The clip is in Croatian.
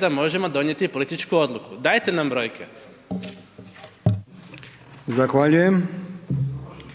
da možemo donijeti političku odluku. Dajte nam brojke. **Brkić,